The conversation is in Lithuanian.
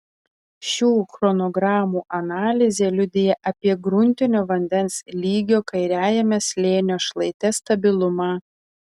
šių chronogramų analizė liudija apie gruntinio vandens lygio kairiajame slėnio šlaite stabilumą